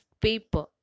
paper